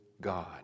God